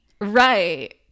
Right